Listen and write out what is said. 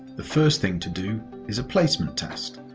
the first thing to do is a placement test.